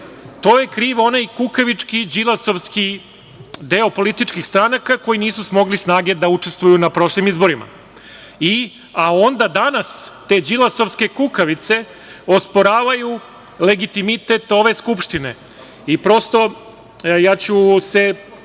to je kriv onaj kukavički Đilasovski deo politički stranaka koji nisu smogli snage da učestvuju na prošlim izborima, a onda danas te đilasovske kukavice osporavaju legitimitet ove Skupštine i prosto ja ću se